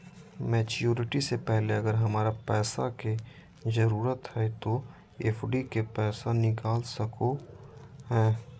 Maturity से पहले अगर हमरा पैसा के जरूरत है तो एफडी के पैसा निकल सको है?